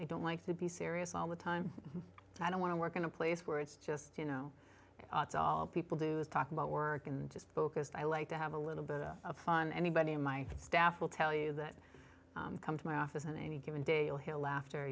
i don't like to be serious all the time i don't want to work in a place where it's just you know it's all people do is talk about work and just focused i like to have a little bit of fun anybody in my staff will tell you that come to my office on any given day you'll hear laughter